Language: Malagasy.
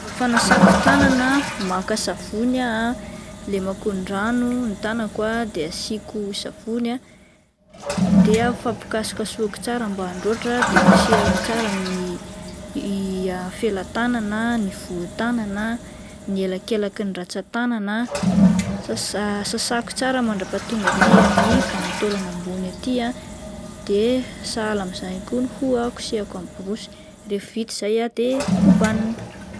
Ny fanasako tanana ah, maka savony aho ah, lemako ny rano ny tanako ah de asiako savony ah, de afampikasokasohako tsara mba handroatra de kosehiko tsara ny i fela-tanana ny voho-tanana ny elakelakin'ny ratsatanana ah, sasa sasako tsara mandrapaha-tonga amin'ny vanitaolana ambony aty de sahala amin'izay ihany koa ny hoho ah kosehiko amin'ny borosy, rehefa vita izay ah de kobanina.